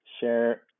share